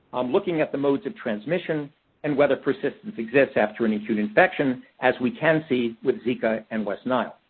looking at the modes of transmission and whether persistence exists after an acute infection, as we can see with zika and west nile.